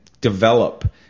develop